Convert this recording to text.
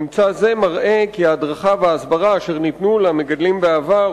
ממצא זה מראה כי ההדרכה וההסברה אשר ניתנו למגדלים בעבר על